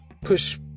push